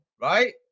right